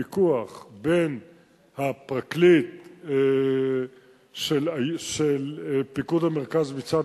ויכוח בין הפרקליט של פיקוד המרכז מצד